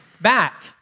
back